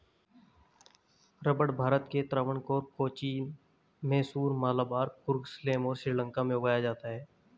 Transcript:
रबड़ भारत के त्रावणकोर, कोचीन, मैसूर, मलाबार, कुर्ग, सलेम और श्रीलंका में उगाया जाता है